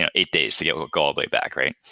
ah eight days to get like all the way back, right?